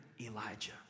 Elijah